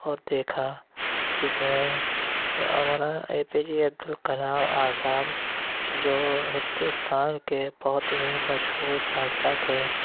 اور دیکھا جس میں Maulana A P J Abdul Kalam Azad جو ہندوستان کے بہت ہی مشہور سائنس داں تھے